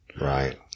Right